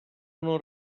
non